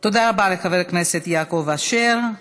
תודה רבה לחבר הכנסת יעקב אשר.